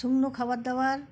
শুকনো খাবার দাবার